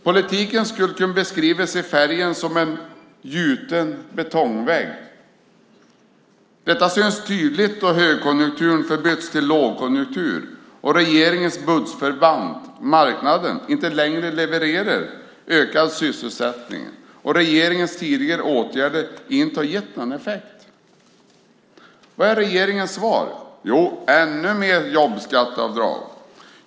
Politiken skulle kunna beskrivas i färgen av en gjuten betongvägg. Detta syns tydligt då högkonjunkturen förbytts till lågkonjunktur, regeringens bundsförvant marknaden inte längre levererar ökad sysselsättning och regeringens tidigare åtgärder inte har gett någon effekt. Vad är regeringens svar? Jo, ännu mer jobbskatteavdrag!